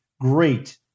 Great